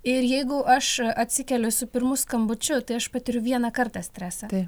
ir jeigu aš atsikeliu su pirmu skambučiu tai aš patiriu vieną kartą stresą